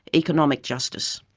economic justice.